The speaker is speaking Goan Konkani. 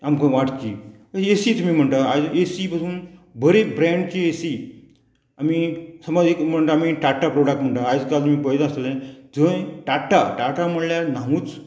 आमकां वाटची ए सी तुमी म्हणटा आयज ए सी बसून बरी ब्रँडची ए सी आमी समज एक म्हणटा आमी टाटा प्रोडाक्ट म्हणटा आयज काल तुमी पळयता आसतले थंय टाटा टाटा म्हणल्यार नांवूच